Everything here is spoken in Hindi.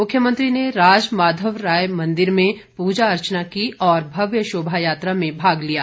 मुख्यमंत्री ने राज माधवराय मंदिर में पूजा अर्चना की और शोभा यात्रा में भाग लिया